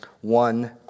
one